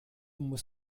muss